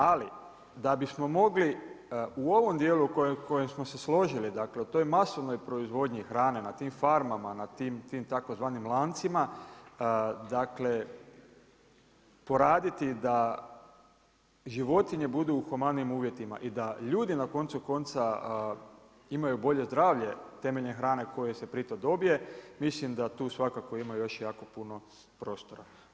Ali da bismo mogli u ovom djelu u kojem smo se složili dakle, u toj masovnoj proizvodnji hrane, na tim farmama, na tim tzv. lancima poraditi da životinje budu u humanim uvjetima i da ljudi na koncu konca imaju bolje zdravlje temeljem hrane koja se pritom dobije, mislim da tu svakako ima još jako puno prostora.